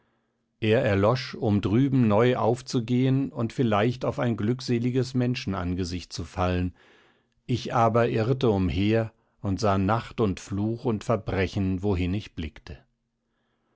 er erlosch um drüben neu aufzugehen und vielleicht auf ein glückseliges menschenangesicht zu fallen ich aber irrte umher und sah nacht und fluch und verbrechen wohin ich blickte